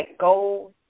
goals